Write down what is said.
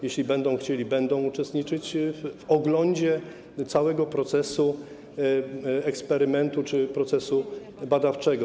Jeśli będą chcieli, będą uczestniczyć w oglądzie całego procesu eksperymentu czy procesu badawczego.